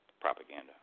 propaganda